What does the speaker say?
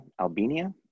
Albania